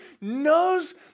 knows